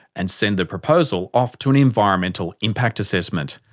and send the proposal off to an environmental impact assessment.